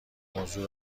موضوع